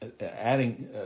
adding